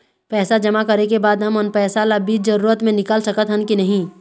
पैसा जमा करे के बाद हमन पैसा ला बीच जरूरत मे निकाल सकत हन की नहीं?